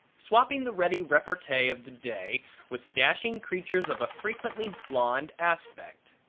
swapping the ready repartee of the day with dashing creatures of a frequently blonde aspect,